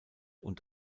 und